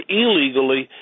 illegally